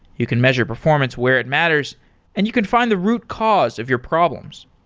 you can measure performance where it matters and you can find the root cause of your problems.